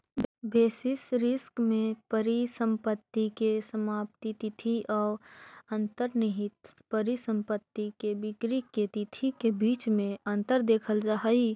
basis risk में परिसंपत्ति के समाप्ति तिथि औ अंतर्निहित परिसंपत्ति के बिक्री के तिथि के बीच में अंतर देखल जा हई